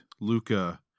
Luca